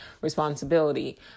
responsibility